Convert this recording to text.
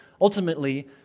ultimately